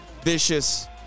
Vicious